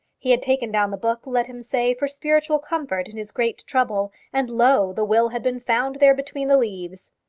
he had taken down the book, let him say, for spiritual comfort in his great trouble, and lo, the will had been found there between the leaves!